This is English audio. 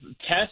test